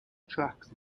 tracks